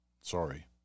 Sorry